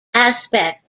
aspect